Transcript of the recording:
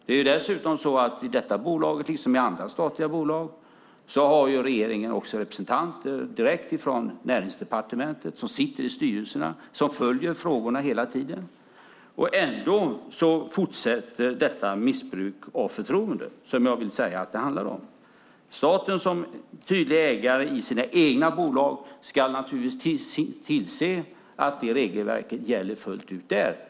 Det är dessutom så att i detta bolag liksom i andra statliga bolag har regeringen också representanter direkt från Näringsdepartementet som sitter i styrelserna och följer frågorna hela tiden. Ändå fortsätter detta missbruk av förtroende som jag vill säga att det handlar om. Staten som tydlig ägare i sina egna bolag ska naturligtvis tillse att de regelverken gäller fullt ut där.